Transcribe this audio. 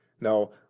now